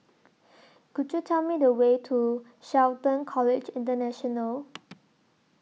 Could YOU Tell Me The Way to Shelton College International